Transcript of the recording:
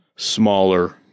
smaller